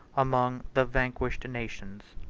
among the vanquished nations.